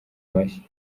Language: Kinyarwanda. mashyi